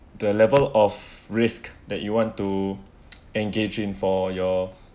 the level of risk that you want to engage in for your